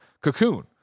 Cocoon